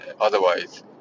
Otherwise